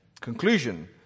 conclusion